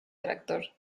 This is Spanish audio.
tractor